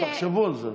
תחשבו על זה.